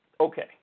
Okay